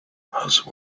asked